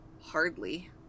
Hardly